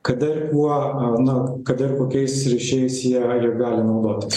kada ir kuo na kada ir kokiais ryšiais jie gali naudotis